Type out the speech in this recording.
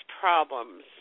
problems